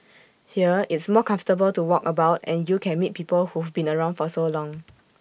here it's more comfortable to walk about and you can meet people who've been around for so long